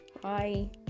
Bye